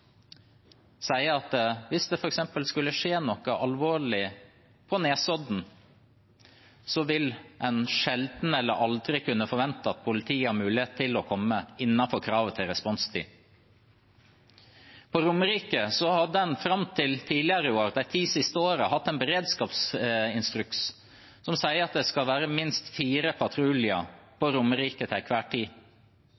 sier at hvis det f.eks. skulle skje noe alvorlig på Nesodden, vil en sjelden eller aldri kunne forvente at politiet har mulighet til å komme innenfor kravet til responstid. På Romerike hadde en fram til tidligere i år de ti siste årene hatt en beredskapsinstruks som sier at det skal være minst fire patruljer